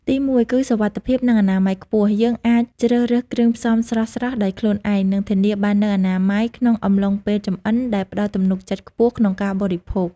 ទីមួយ គឺ សុវត្ថិភាព និងអនាម័យខ្ពស់ យើងអាចជ្រើសរើសគ្រឿងផ្សំស្រស់ៗដោយខ្លួនឯង និងធានាបាននូវអនាម័យក្នុងអំឡុងពេលចម្អិន ដែលផ្តល់ទំនុកចិត្តខ្ពស់ក្នុងការបរិភោគ។